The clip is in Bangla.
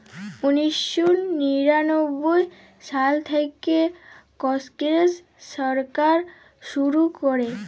উনিশ শ নিরানব্বই সাল থ্যাইকে কংগ্রেস সরকার শুরু ক্যরে